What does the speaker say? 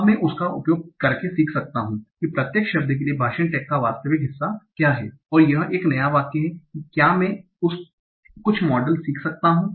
अब मैं उसका उपयोग करके सीख सकता हूं कि प्रत्येक शब्द के लिए भाषण टैग का वास्तविक हिस्सा क्या है और यह एक नया वाक्य हैं क्या मैं कुछ मॉडल सीख सकता हूं